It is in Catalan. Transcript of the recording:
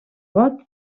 vot